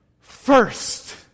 first